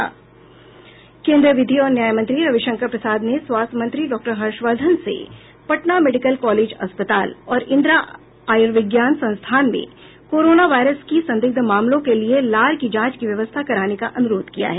केन्दीय विधि और न्याय मंत्री रविशंकर प्रसाद ने स्वास्थ्य मंत्री डॉक्टर हर्षवर्धन से पटना मेडिकल कॉलेज अस्पताल और इंदिरा आयुर्विज्ञान संस्थान में कोरोना वायरस की संदिग्ध मामलों के लिए लार की जांच की व्यवस्था कराने का अनुरोध किया है